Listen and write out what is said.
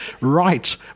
right